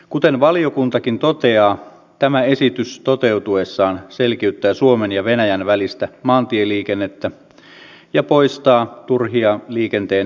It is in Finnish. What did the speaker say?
kuten valiokuntakin toteaa tämä esitys toteutuessaan selkiyttää suomen ja venäjän välistä maantieliikennettä ja poistaa turhia liikenteen esteitä